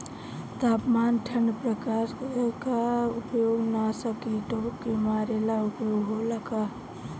तापमान ठण्ड प्रकास का उपयोग नाशक कीटो के मारे ला उपयोग होला का?